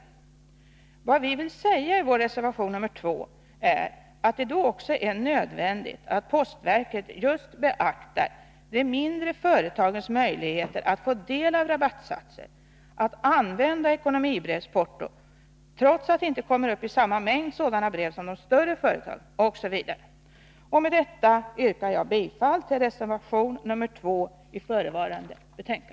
Och vad vi vill säga i vår reservation nr 2 är att det då också är nödvändigt att postverket beaktar de mindre företagens möjligheter att få del av rabattsatser och använda ekonomibrevsporto trots att de inte kommer upp i samma mängd sådana brev som de större företagen, OSV. Med detta, herr talman, yrkar jag bifall till reservation nr 2 i förevarande betänkande.